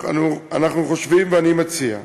אנחנו חושבים, ואני מציע,